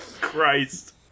Christ